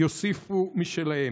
יוסיפו משלהם.